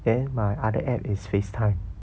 then my other application is FaceTime